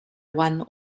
one